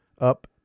up